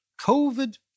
COVID